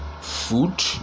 food